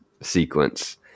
sequence